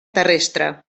terrestre